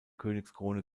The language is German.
königskrone